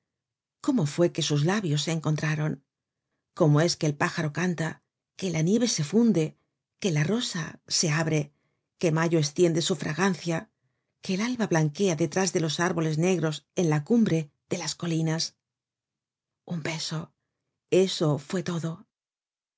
cómo fue que sus labios se encontraron cómo es que el pájaro canta que la nieve se funde que la rosa se abre que mayo estiende su fragancia que el alba blanquea detrás de los árboles negros en la cumbre de las colinas un beso esto fue todo